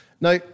now